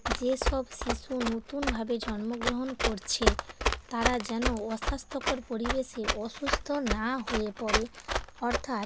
যেসব শিশু নতুনভাবে জন্মগ্রহণ করছে তারা যেন অস্বাস্থ্যকর পরিবেশে অসুস্থ না হয়ে পড়ে অর্থাৎ